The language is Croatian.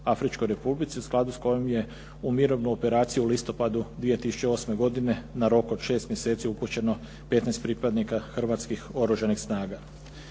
u skladu s kojom je u mirovnu operaciju u listopadu 2008. godine na rok od 6 mjeseci upućeno 15 pripadnika Hrvatskih Oružanih snaga.